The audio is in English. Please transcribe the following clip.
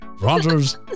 Rogers